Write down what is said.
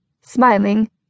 Smiling